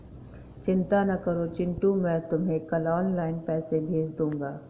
चिंता ना करो चिंटू मैं तुम्हें कल ऑनलाइन पैसे भेज दूंगा